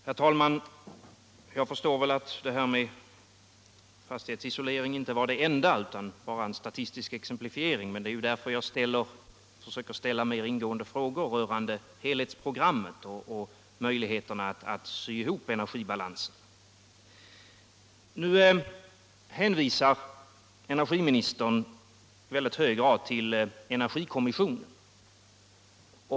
Herr talman! Jag förstår väl att fastighetsisolering inte är det enda som man vill satsa på, utan att det användes som en statistisk exemplifiering. Det är därför jag försöker ställa mera ingående frågor rörande helhetsprogrammet och möjligheterna att sy ihop energibalansen. Energiministern hänvisar i stor utsträckning till energikommissionen.